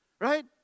Right